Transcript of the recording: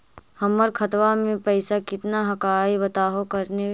हमर खतवा में पैसा कितना हकाई बताहो करने?